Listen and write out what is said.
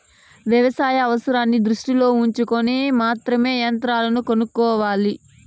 వ్యవసాయ అవసరాన్ని దృష్టిలో ఉంచుకొని మాత్రమే యంత్రాలను కొనుక్కోవాలి